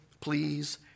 please